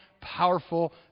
powerful